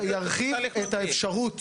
זה ירחיב את האפשרות